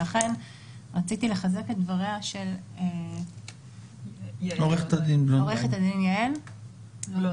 לכן רציתי לחזק את דבריה של עורכת הדין יעל בלונדהיים,